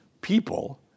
people